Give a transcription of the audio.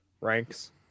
ranks